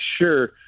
Sure